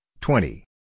twenty